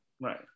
Right